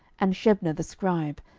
and shebna the scribe,